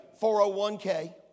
401K